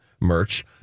merch